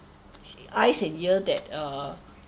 eyes and ear that uh